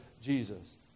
Jesus